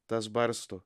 tas barsto